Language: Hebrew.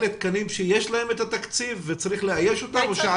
אלו תקנים שיש להם את התקציב וצריך לאייש אותם או שעדיין ---?